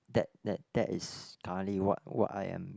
that that that is currently what what I am